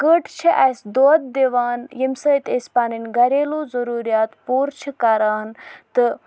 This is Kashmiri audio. کٔٹ چھِ اَسہِ دۄد دِوان ییٚمہِ سۭتۍ أسۍ پَنٕںۍ گَریلوٗ ضروٗریات پوٗرٕ چھِ کَران تہٕ